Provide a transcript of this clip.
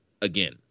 again